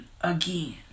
again